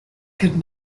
could